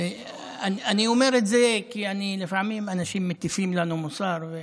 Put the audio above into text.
אני אומר את זה כי לפעמים אנשים מטיפים לנו מוסר.